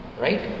right